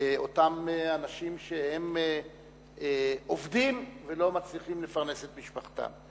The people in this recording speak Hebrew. באותם אנשים שעובדים ולא מצליחים לפרנס את משפחתם.